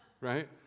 Right